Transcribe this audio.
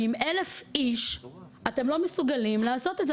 ועם 1,000 איש אתם לא מסוגלים לעשות את זה.